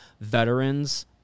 veterans